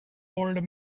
old